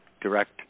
direct